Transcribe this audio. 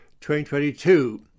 2022